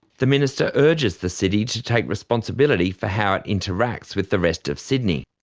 the minister urges the city to take responsibility for how it interacts with the rest of sydney.